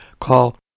Call